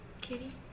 Kitty